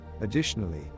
Additionally